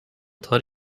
tar